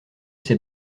ses